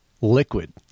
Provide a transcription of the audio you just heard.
liquid